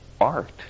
art